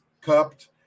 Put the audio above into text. cupped